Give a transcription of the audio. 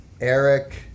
Eric